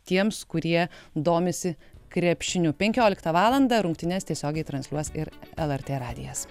tiems kurie domisi krepšiniu penkioliktą valandą rungtynes tiesiogiai transliuos ir lrt radijas